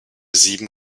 sieben